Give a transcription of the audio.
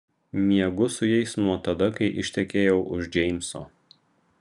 miegu su jais nuo tada kai ištekėjau už džeimso